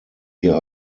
wir